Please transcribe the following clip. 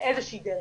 באיזה שהיא דרך,